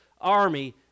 army